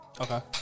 okay